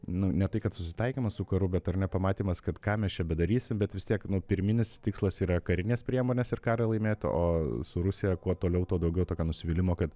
nu ne tai kad susitaikymas su karu bet ar ne pamatymas kad ką mes čia bedarysim bet vis tiek nu pirminis tikslas yra karinės priemonės ir karui laimėt o su rusija kuo toliau tuo daugiau tokio nusivylimo kad